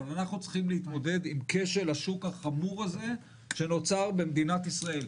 אבל אנחנו צריכים להתמודד עם כשל השוק החמור הזה שנוצר במדינת ישראל.